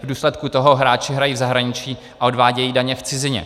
V důsledku toho hráči hrají v zahraničí a odvádějí daně v cizině.